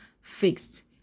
fixed